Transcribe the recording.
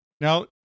Now